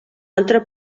altre